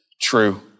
true